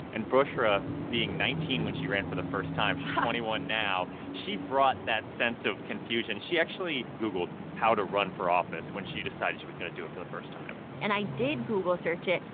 and bushra, being nineteen when she ran for the first time she's twenty one now she brought that sense of confusion. she actually googled how to run for office when she decided she was going to do it for the first time and i did google search it,